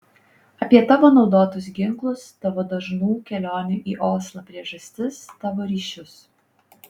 apie tavo naudotus ginklus tavo dažnų kelionių į oslą priežastis tavo ryšius